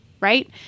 right